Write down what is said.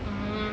mm